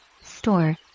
store